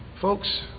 Folks